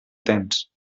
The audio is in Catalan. temps